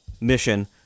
mission